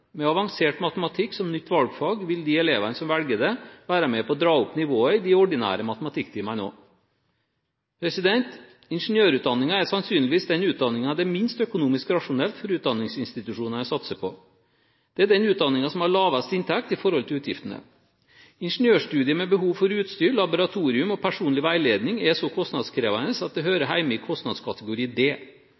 Med avansert matematikk som nytt valgfag, vil de elevene som velger det, være med på å dra opp nivået i de ordinære matematikktimene også. Ingeniørutdanningen er sannsynligvis den utdanningen det er minst økonomisk rasjonelt for utdanningsinstitusjonene å satse på. Det er den utdanningen som har lavest inntekt i forhold til utgiftene. Ingeniørstudiet med behov for utstyr, laboratorier og personlig veiledning er så kostnadskrevende at den hører hjemme i kostnadskategori D. I tillegg er det